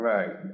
Right